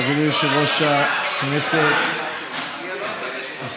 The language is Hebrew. חבר הכנסת ירון מזוז, רוצה לדבר?